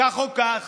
כך או כך,